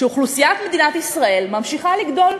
שאוכלוסיית מדינת ישראל ממשיכה לגדול,